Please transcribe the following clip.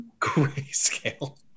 Grayscale